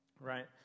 right